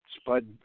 Spud